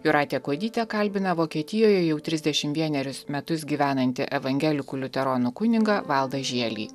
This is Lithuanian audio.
jūratė kuodytė kalbina vokietijoje jau trisdešimt vienerius metus gyvenanti evangelikų liuteronų kunigą valdą žielį